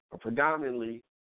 predominantly